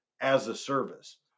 as-a-service